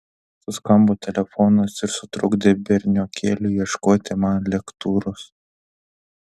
suskambo telefonas ir sutrukdė berniokėliui ieškoti man lektūros